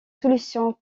solutions